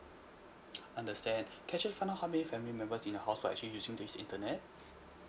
understand can I actually find out how many family members in the house who are actually using this internet